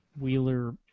Wheeler